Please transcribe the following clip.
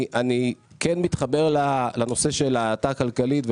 אני כן מתחבר לנושא של ההאטה הכלכלית,